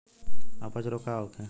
अपच रोग का होखे?